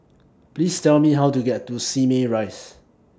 Please Tell Me How to get to Simei Rise